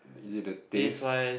is it the taste